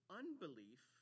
unbelief